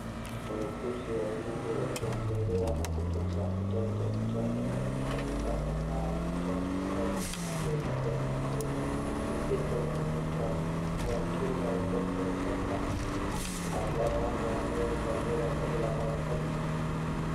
Wauguzi wawili wakiangalia na kutunza mtoto mchnaga katika kitanda maalum cha hospitali kinachoitwa incubator . Incubator hutumika kuwakinga watoto wachanga hasa wale waliozaliwa kabla ya wakati.